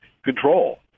control